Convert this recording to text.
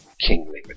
kingly